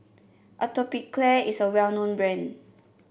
Atopiclair is a well known brand